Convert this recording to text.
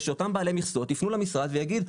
זה שאותם בעלי מכסות יפנו למשרד ויגידו,